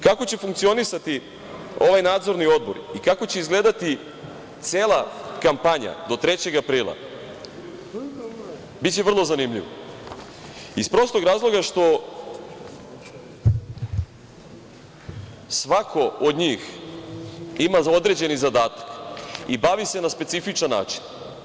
Kako će funkcionisati ovaj Nadzorni odbor i kako će izgledati cela kampanja do 3. aprila, biće vrlo zanimljivo iz prostog razloga što svako od njih ima određeni zadatak i bavi se na specifičan način.